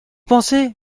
pensez